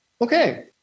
Okay